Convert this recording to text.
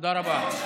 תודה רבה.